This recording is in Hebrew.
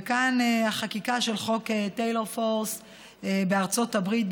וכאן החקיקה של חוק טיילור פורס בארצות הברית,